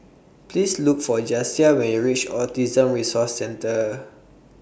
Please Look For Jasiah when YOU REACH Autism Resource Centre